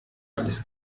alles